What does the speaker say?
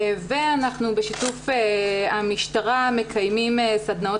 ואנחנו בשיתוף עם המשטרה מקיימים סדנאות